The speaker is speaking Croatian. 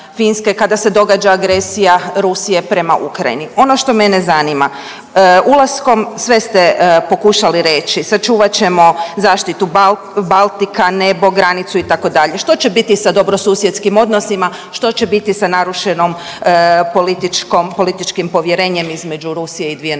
kada se događa agresije Rusije prema Ukrajini. Ono što mene zanima, ulaskom sve ste pokušali reći sačuvat ćemo zaštitu Baltika, nebo, granicu itd., što će biti sa dobrosusjedskim odnosima, što će biti sa narušenom političkom, političkim povjerenjem između Rusije i dvije